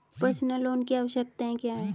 Personal loan की आवश्यकताएं क्या हैं?